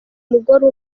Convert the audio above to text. umugore